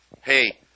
Hey